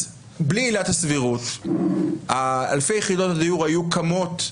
אז בלי עילת הסבירות אלפי יחידות דיור היו קמות,